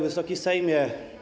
Wysoki Sejmie!